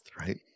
right